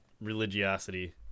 religiosity